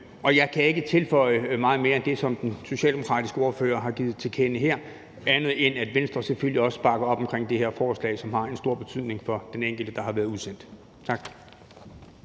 Jeg kan ikke tilføje meget mere end det, som den socialdemokratiske ordfører har givet til kende her, andet end at Venstre selvfølgelig også bakker op om det her forslag, som har en stor betydning for den enkelte, der har været udsendt. Tak.